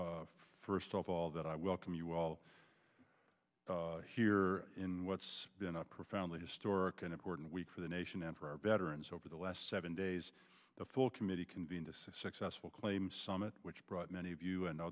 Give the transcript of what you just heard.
say first of all that i welcome you all here in what's been a profoundly historic and important week for the nation and for our veterans over the last seven days the full committee convened a successful claim summit which brought many of you and othe